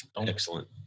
Excellent